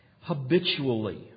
habitually